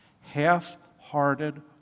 Half-hearted